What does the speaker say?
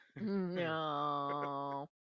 No